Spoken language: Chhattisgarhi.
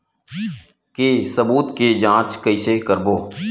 के सबूत के जांच कइसे करबो?